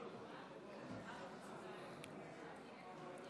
אם כן,